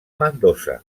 mendoza